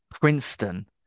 Princeton